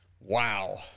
Wow